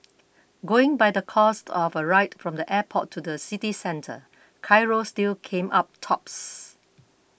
going by the cost of a ride from the airport to the city centre Cairo still came up tops